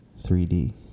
3D